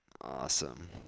Awesome